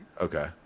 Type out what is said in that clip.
Okay